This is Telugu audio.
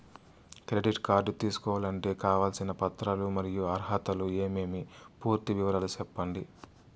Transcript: క్రెడిట్ కార్డు తీసుకోవాలంటే కావాల్సిన పత్రాలు మరియు అర్హతలు ఏమేమి పూర్తి వివరాలు సెప్పండి?